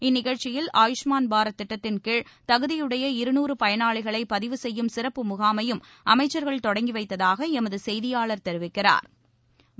இந்நிகழ்ச்சியில் ஆயுஷ்மான் பாரத் திட்டத்தின் கீழ் தகுதியுடைய இருநூறு பயனாளிகளை பதிவு செய்யும் சிறப்பு முகாமையும் அமைச்சா்கள் தொடங்கி வைத்ததாக எமது செய்தியாளர் தெரிவிக்கிறா்